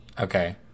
Okay